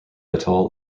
atoll